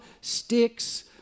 sticks